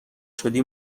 شدی